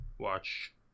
watch